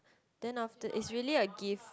then after is really a gift